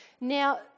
Now